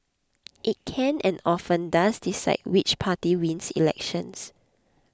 it can and often does decide which party wins elections